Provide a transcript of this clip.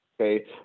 Okay